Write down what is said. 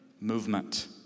Movement